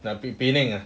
the penang ah